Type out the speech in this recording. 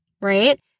right